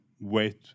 wait